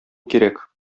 кирәк